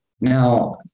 now